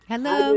Hello